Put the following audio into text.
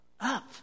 Up